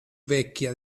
vecchia